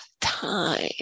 time